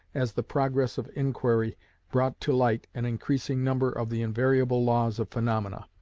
as the progress of inquiry brought to light an increasing number of the invariable laws of phaenomena.